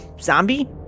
zombie